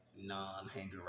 non-hanger